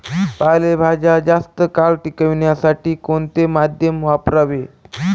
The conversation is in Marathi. पालेभाज्या जास्त काळ टिकवण्यासाठी कोणते माध्यम वापरावे?